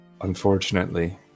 unfortunately